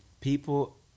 people